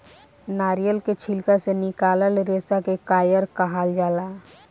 नारियल के छिलका से निकलाल रेसा के कायर कहाल जाला